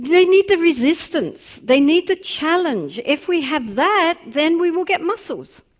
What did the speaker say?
they need the resistance, they need the challenge, if we had that then we will get muscles,